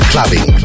Clubbing